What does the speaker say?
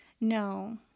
No